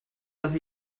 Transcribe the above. dass